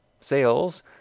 Sales